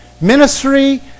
ministry